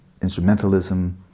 instrumentalism